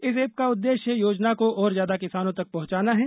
इस ऐप का उद्देश्य योजना को और ज्यादा किसानों तक पहुंचाना है